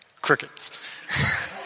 Crickets